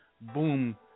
boom